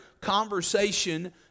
conversation